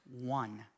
one